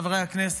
חברי הכנסת,